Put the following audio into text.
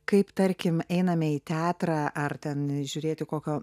kaip tarkim einame į teatrą ar ten žiūrėti kokio